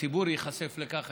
הציבור ייחשף לכך,